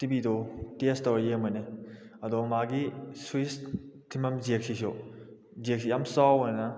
ꯇꯤꯚꯤꯗꯣ test ꯇꯧꯔ ꯌꯦꯡꯕꯅꯤ ꯑꯗꯣ ꯃꯥꯒꯤ ꯁ꯭ꯋꯤꯁ ꯊꯤꯟꯐꯝ ꯖꯦꯛꯁꯤꯁꯨ ꯖꯦꯛꯁꯤ ꯌꯥꯝ ꯆꯥꯎꯕꯅꯤꯅ